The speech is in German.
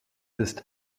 ist